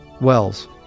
Wells